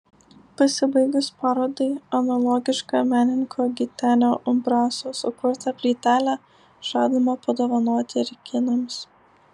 pasibaigus parodai analogišką menininko gitenio umbraso sukurtą plytelę žadama padovanoti ir kinams